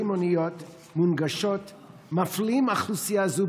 מוניות מונגשות מפלים אוכלוסייה זו,